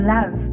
Love